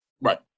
Right